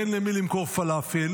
אין למי למכור פלאפל,